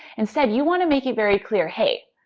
instead, you want to make it very clear, hey,